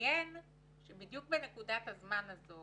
מעניין שבדיוק בנקודת הזמן הזו